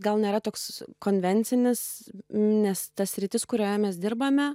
gal nėra toks konvencinis nes ta sritis kurioje mes dirbame